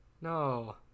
No